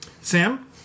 Sam